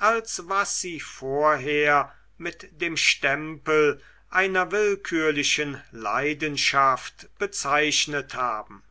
als was sie vorher mit dem stempel einer willkürlichen leidenschaft bezeichnet haben